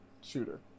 shooter